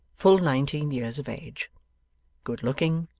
full nineteen years of age good-looking,